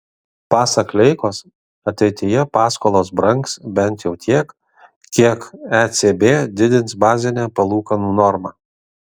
pasak leikos ateityje paskolos brangs bent jau tiek kiek ecb didins bazinę palūkanų normą